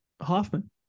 Hoffman